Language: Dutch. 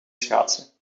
schaatsen